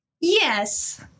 Yes